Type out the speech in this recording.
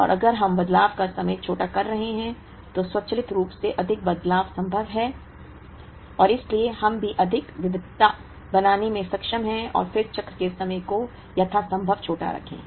और अगर हम बदलाव का समय छोटा कर रहे हैं तो स्वचालित रूप से अधिक बदलाव संभव हैं और इसलिए हम भी अधिक विविधता बनाने में सक्षम हैं और फिर चक्र के समय को यथासंभव छोटा रखें